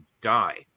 die